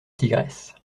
tigresse